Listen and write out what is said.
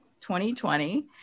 2020